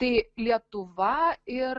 tai lietuva ir